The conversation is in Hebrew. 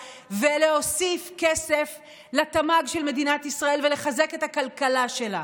ולהוסיף כסף לתמ"ג של מדינת ישראל ולחזק את הכלכלה שלה.